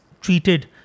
treated